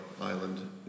island